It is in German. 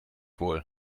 wohl